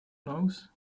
knows